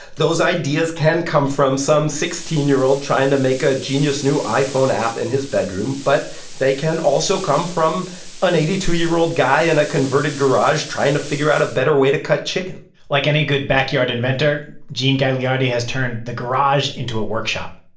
those ideas can come from some sixteen year old trying to make a genius new iphone app in his bedroom. but they can also come from an eighty two year old guy in a converted garage, trying to figure out a better way to cut chicken like any good backyard inventor, gene gagliardi has turned the garage into a workshop.